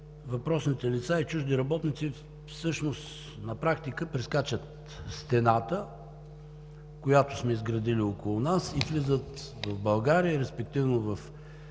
въпросните лица и чужди работници на практика прескачат стената, която сме изградили около нас, и влизат в България, респективно в